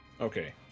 Okay